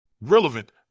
Relevant